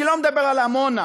אני לא מדבר על עמונה,